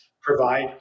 provide